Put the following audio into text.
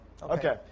Okay